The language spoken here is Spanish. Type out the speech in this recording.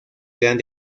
gran